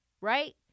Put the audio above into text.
right